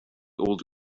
old